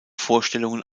vorstellungen